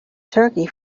turkey